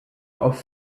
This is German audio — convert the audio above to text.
auf